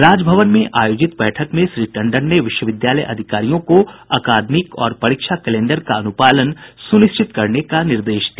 राजभवन में आयोजित बैठक में श्री टंडन ने विश्वविद्यालय अधिकारियों को अकादमिक और परीक्षा कैलेंडर का अनुपालन सुनिश्चित करने का निर्देश दिया